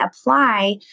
apply